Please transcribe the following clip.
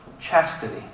chastity